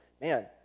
man